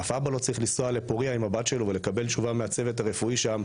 אף אבא לא צריך לנסוע לפורייה עם הבת שלו ולקבל תשובה מהצוות הרפואי שם,